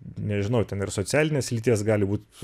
nežinau ten ir socialinės lyties gali būt